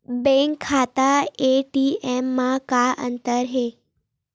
Bank खाता ATM मा का अंतर हे?